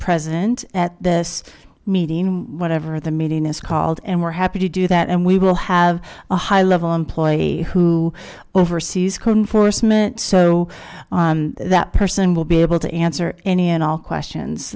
present at this meeting whatever the meeting is called and we're happy to do that and we will have a high level employee who oversees con forcement so that person will be able to answer any and all questions